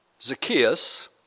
Zacchaeus